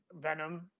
Venom